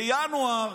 בינואר